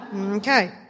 Okay